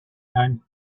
and